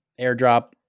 airdrop